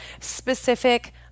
specific